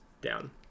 down